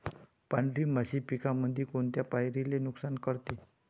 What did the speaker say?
पांढरी माशी पिकामंदी कोनत्या पायरीले नुकसान करते?